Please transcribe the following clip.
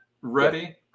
ready